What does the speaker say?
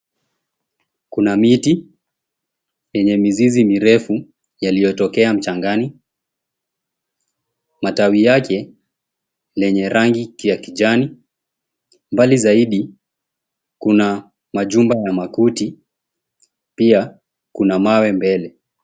Kuna miti yenye mizizi mirefu yaliyotokea mchangani . Matawi yake lenye rangi ya kijani. Mbali zaidi kuna majumba ya makuti pia kuna mawe mbele.